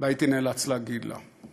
ונאלצתי להגיד לה.